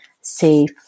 safe